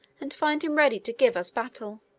and find him ready to give us battle.